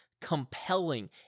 compelling